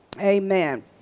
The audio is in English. Amen